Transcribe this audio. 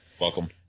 Welcome